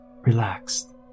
relaxed